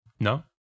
No